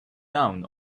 down